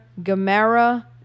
Gamera